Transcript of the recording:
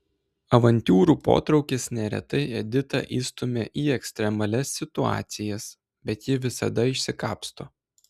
avantiūrų potraukis neretai editą įstumia į ekstremalias situacijas bet ji visada išsikapsto